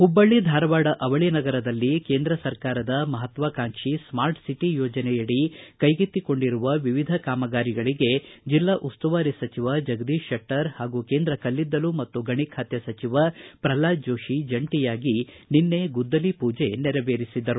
ಹುಬ್ಲಳ್ಳಿ ಧಾರವಾಡ ಅವಳಿ ನಗರದಲ್ಲಿ ಕೇಂದ್ರ ಸರ್ಕಾರದ ಮಹತ್ವಾಕಾಂಕ್ಷಿ ಸ್ಕಾರ್ಟ್ ಸಿಟಿ ಯೋಜನೆಯಡಿ ಕೈಗೆತ್ತಿಕೊಂಡಿರುವ ವಿವಿಧ ಕಾಮಗಾರಿಗಳಗೆ ಜಿಲ್ಲಾ ಉಸ್ತುವಾರಿ ಸಚಿವ ಜಗದೀಶ್ ಶೆಟ್ಟರ್ ಹಾಗೂ ಕೇಂದ್ರ ಕಲ್ಲಿದಲ್ಲು ಮತ್ತು ಗಣಿ ಖಾತೆ ಸಚಿವ ಪ್ರಲ್ಹಾದ ಜೋತಿ ಜಂಟಿಯಾಗಿ ನಿನ್ನೆ ಗುದ್ದಲಿ ಪೂಜೆ ನೆರವೇರಿಸಿದರು